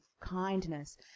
kindness